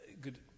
good